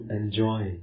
enjoy